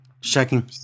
Checking